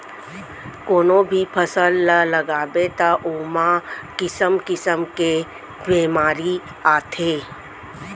कोनो भी फसल ल लगाबे त ओमा किसम किसम के बेमारी आथे